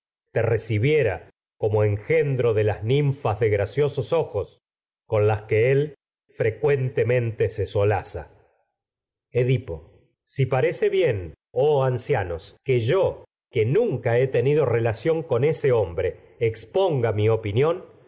te recibiera con como engendro de las nin so fas de graciosos ojos las que él frecuentemente solaza edipo he si parece bien oh ancianos hombre que yo que nunca tenido relación con ese exponga mi opinión